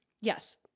Yes